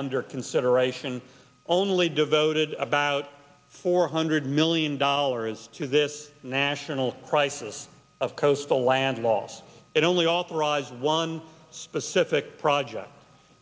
under consideration only devoted about four hundred million dollars to this national crisis of coastal land loss it only authorized one specific project